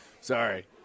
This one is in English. Sorry